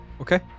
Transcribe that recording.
Okay